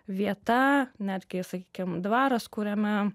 vieta netgi sakykim dvaras kuriame